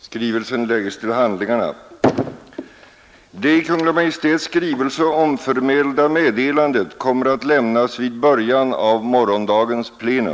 Vilka alternativ kommer att erbjudas elever med behov av specialundervisning i de fall sådan inte kan anordnas? Vill statsrådet redogöra för den aktuella situationen i vad gäller barntillsynsverksamheten?